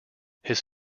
his